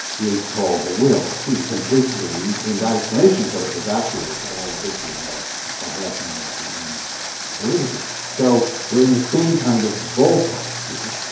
is called the will. so you completely, in that explanations sort of evacuates all issues of ah of rationality and validity. so we're in the same kind of ballpark here.